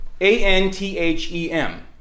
A-N-T-H-E-M